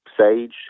Sage